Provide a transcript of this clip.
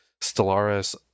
Stellaris